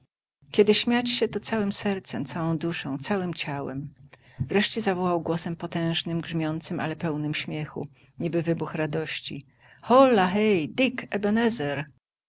kiedy śmiać się to całem sercem całą duszą całem ciałem wreszcie zawołał głosem potężnym grzmiącym ale pełnym śmiechu niby wybuch radości hola hej